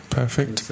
perfect